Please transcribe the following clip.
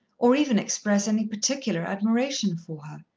or even express any particular admiration for her.